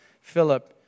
Philip